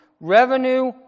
revenue